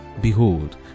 Behold